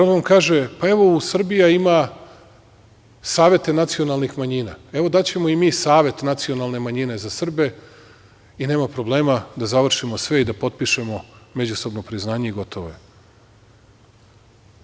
On kaže – evo, Srbija ima savete nacionalnih manjina, evo daćemo i mi savet nacionalne manjine za Srbe i nema problema, da završimo sve i da potpišemo međusobno priznanje i gotovo je.